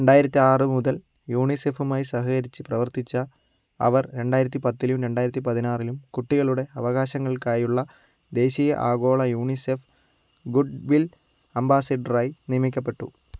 രണ്ടായിരത്തി ആറ് മുതൽ യൂണിസെഫുമായി സഹകരിച്ച് പ്രവർത്തിച്ച അവർ രണ്ടായിരത്തി പത്തിലും രണ്ടായിരത്തി പതിനാറിലും കുട്ടികളുടെ അവകാശങ്ങൾക്കായുള്ള ദേശീയ ആഗോള യൂണിസെഫ് ഗുഡ്വിൽ അംബാസിഡറായി നിയമിക്കപ്പെട്ടു